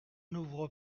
n’ouvre